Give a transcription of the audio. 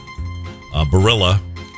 Barilla